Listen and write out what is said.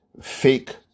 fake